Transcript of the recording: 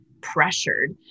pressured